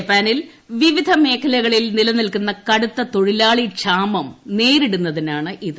ജപ്പാനിൽ വിവിധ മേഖലകളിൽ നിലനിൽക്കുന്ന കടുത്ത തൊഴിലാളി ക്ഷാമം നേരിടുന്നതിനാണ് ഇത്